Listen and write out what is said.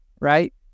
right